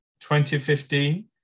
2015